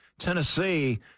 Tennessee